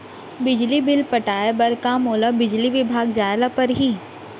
बिजली बिल पटाय बर का मोला बिजली विभाग जाय ल परही?